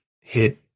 hit